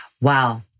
Wow